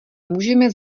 můžeme